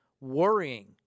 worrying